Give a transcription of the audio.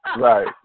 Right